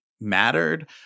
mattered